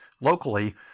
locally